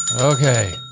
Okay